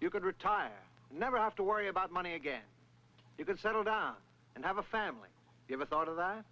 you could retire never have to worry about money again you could settle down and have a family ever thought of that